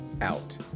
out